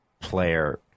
player